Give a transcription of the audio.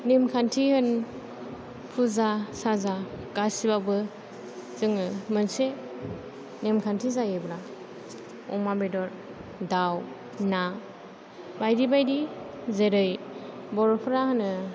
नेमखान्थि होन फुजा साजा गासियावबो जोङो मोनसे नेमखान्थि जायोब्ला अमा बेदर दाव ना बायदि बायदि जेरै बर'फोरा होनो